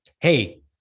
Hey